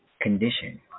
condition